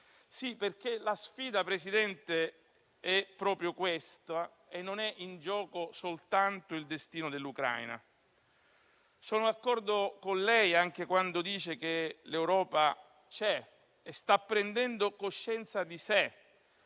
Sì, perché la sfida, Presidente, è proprio questa e non è in gioco soltanto il destino dell'Ucraina. Sono d'accordo con lei anche quando dice che l'Europa c'è e sta prendendo coscienza di sé,